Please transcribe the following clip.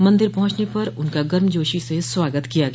मंदिर पहुंचने पर उनका गर्मजोशी से स्वागत किया गया